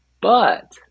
But-